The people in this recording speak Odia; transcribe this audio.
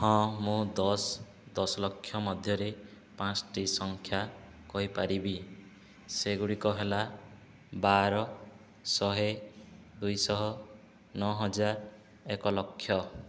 ହଁ ମୁଁ ଦଶ ଦଶ ଲକ୍ଷ ମଧ୍ୟରେ ପାଞ୍ଚଟି ସଂଖ୍ୟା କହିପାରିବି ସେଗୁଡ଼ିକ ହେଲା ବାର ଶହେ ଦୁଇଶହ ନଅ ହଜାର ଏକ ଲକ୍ଷ